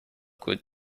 good